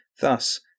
Thus